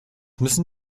müssen